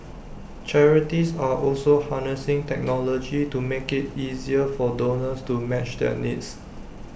charities are also harnessing technology to make IT easier for donors to match their needs